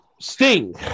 Sting